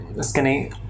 Skinny